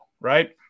Right